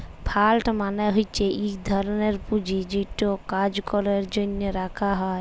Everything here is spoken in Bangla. ফাল্ড মালে হছে ইক ধরলের পুঁজি যেট কল কাজের জ্যনহে রাখা হ্যয়